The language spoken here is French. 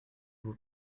vous